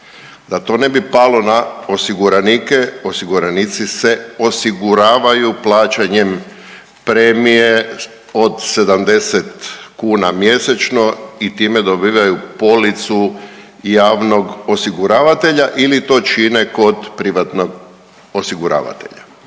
Da to ne bi palo na osiguranike, osiguranici se osiguravaju plaćanjem premije od 70 kuna mjesečno i time dobivaju policu javnog osiguravatelja ili to čine kod privatnog osiguravatelja.